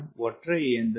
17 ஒற்றை இயந்திரம் 0